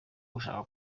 gushaka